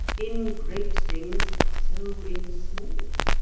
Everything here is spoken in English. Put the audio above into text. in great things so in small.